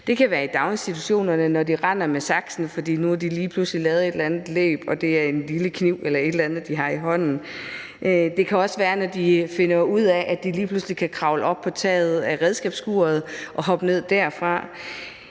Det kan være i daginstitutionerne, når de render med saksen, fordi de nu lige pludselig har lavet en eller anden leg, hvor de leger, at det er en lille kniv eller en anden ting, de har i hånden; det kan også være, når de lige pludselig finder ud af, at de kan kravle op på taget af redskabsskuret og hoppe ned derfra.